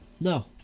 No